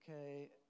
Okay